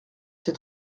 ces